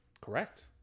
Correct